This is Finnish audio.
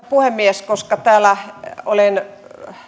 puhemies koska olen täällä